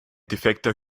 defekter